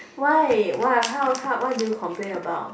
why why how how what do you complain about